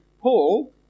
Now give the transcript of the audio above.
Paul